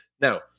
Now